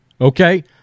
Okay